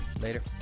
later